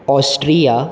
Austria